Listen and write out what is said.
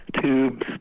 tubes